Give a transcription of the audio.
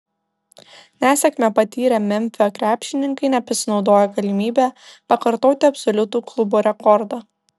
nesėkmę patyrę memfio krepšininkai nepasinaudojo galimybe pakartoti absoliutų klubo rekordą